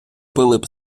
пилип